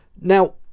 now